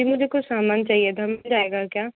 जी मुझे कुछ सामान चाहिए था मिल जाएगा क्या